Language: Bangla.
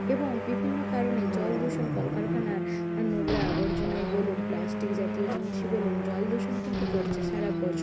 এবং বিভিন্ন কারণে জল দূষণ কল কারখানার নোংরা আবর্জনাই বলুন প্লাস্টিক জাতীয় জিনিসই বলুন জল দূষণ কিন্তু করছে সারা বছর